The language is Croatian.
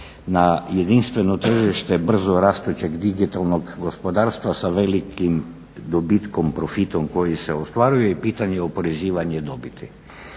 na jedinstveno tržište brzorastućeg digitalnog gospodarstva sa velikim dobitkom, profitom koji se ostvaruje i pitanje oporezivanje dobiti.